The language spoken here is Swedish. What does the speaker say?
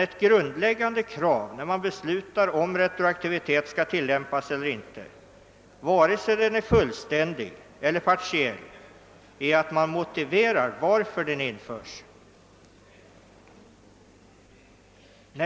Ett grundläggande krav när man beslutar, om retroaktivitet skall tillämpas eller inte, vare sig den är fullständig eller partiell, är emellertid att man motiverar varför den införs.